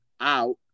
out